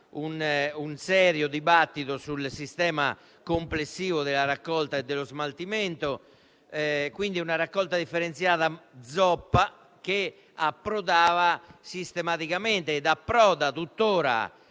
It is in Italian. un serio dibattito sul sistema complessivo della raccolta e dello smaltimento. Stiamo parlando quindi di una raccolta differenziata zoppa che approdava sistematicamente e approda tuttora